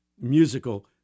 musical